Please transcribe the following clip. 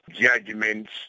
judgments